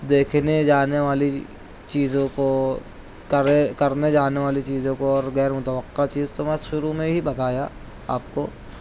دیکھنے جانے والی چیزوں کو کرے کرنے جانے والی چیزوں کو اور غیر متوقع چیز تو شروع میں ہی بتایا آپ کو